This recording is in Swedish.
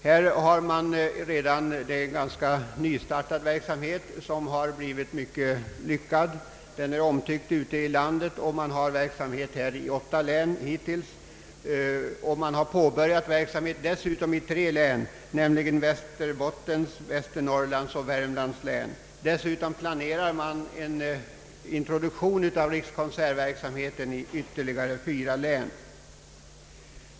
Här har man en ganska nystartad verksamhet som har blivit mycket omtyckt ute i landet. Man har hittills drivit denna verksamhet i åtta län. Dessutom har man påbörjat verksamhet i tre län Västerbottens, Västernorrlands och Värmlands län. Man planerar också en introduktion av rikskonsertverksamheten i ytterligare fyra län.